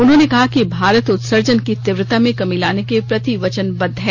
उन्होंने कहा कि भारत उत्सर्जन की तीव्रता में कमी लाने के प्रति वचनबद्ध है